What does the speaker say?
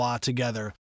Together